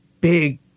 big